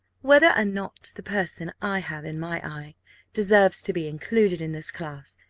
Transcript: whether or not the person i have in my eye deserves to be included in this class,